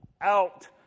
out